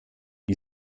wie